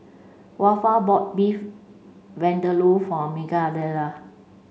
Waldo bought Beef Vindaloo for Migdalia